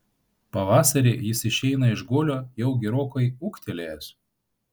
pavasarį jis išeina iš guolio jau gerokai ūgtelėjęs